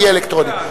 ויהיה אלקטרוני.